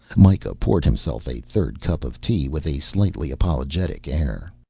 mikah poured himself a third cup of tea with a slightly apologetic air.